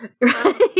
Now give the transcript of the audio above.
right